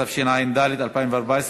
התשע"ד 2014,